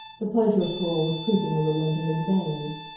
the pleasure swirl was creeping a little into his veins.